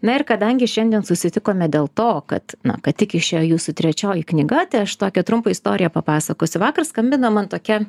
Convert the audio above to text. na ir kadangi šiandien susitikome dėl to kad ką tik išėjo jūsų trečioji knyga tai aš tokią trumpą istoriją papasakosiu vakar skambino man tokia